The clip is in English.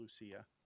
lucia